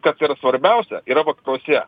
kas yra svarbiausia yra vakaruose